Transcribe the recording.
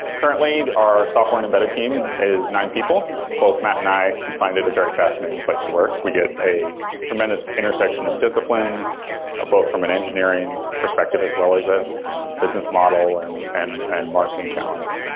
currently, our software and embedded team is nine people. both matt and i and find it a very fascinating place to work. we get a tremendous intersection of disciplines both from an engineering perspective as well as a business model and and and marketing challenge.